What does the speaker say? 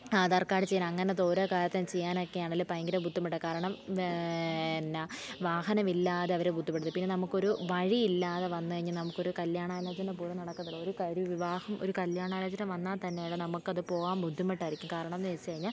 Aadhaar card ചെയ്യാൻ അങ്ങനത്തെ ഓരോ കാര്യം ചെയ്യാനൊക്കെ ആണേൽ ഭയങ്കര ബുദ്ധിമുട്ടാണ് കാരണം എന്ന വാഹനമില്ലാത്തവർ ബുദ്ധിമുട്ടി പിന്നെ നമുക്കൊരു വഴി ഇല്ലാതെ വന്നു കഴിഞ്ഞാൽ നമുക്കൊരു കല്യാണാലോചന പോലും നടക്കത്തില്ല ഒരു കരി വിവാഹം ഒരു കല്യാണാലോചന വന്നാൽത്തന്നെ അതു നമുക്കത് പോകാന് ബുദ്ധിമുട്ടായിരിക്കും കാരണമെന്നു വെച്ചു കഴിഞ്ഞാൽ